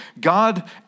God